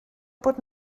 bod